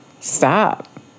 Stop